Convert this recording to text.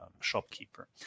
shopkeeper